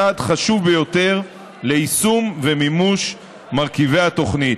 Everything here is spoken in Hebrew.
צעד חשוב ביותר ליישום ולמימוש מרכיבי התוכנית.